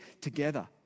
together